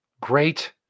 Great